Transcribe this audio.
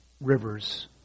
rivers